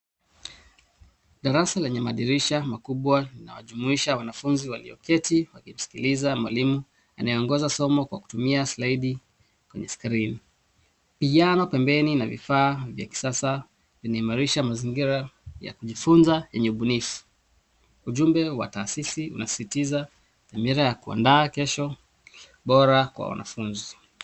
Darasa lenye madirisha makubwa lina wajumuisha wanafunzi waliyoketi wakimsikiliza mwalimu anayeongoza somo kwa kutumia slidi kwenye screen . Piano pembeni na vifaa vya kisasa vinaimarisha mazingira ya kujifunza yenye ubunifu. Ujumbe wa taasisi unasisitiza dhamira ya kuanda kesho bora kwa wanafunzi.